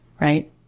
right